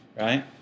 right